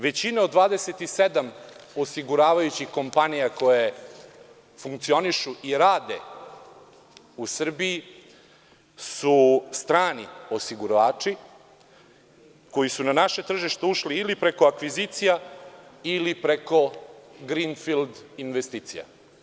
Većina od 27 osiguravajućih kompanija koje funkcionišu i rade u Srbiji su strani osigurovači koji su na naše tržište ušli ili preko akvizicija ili preko grinfild investicija.